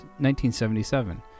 1977